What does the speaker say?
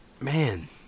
Man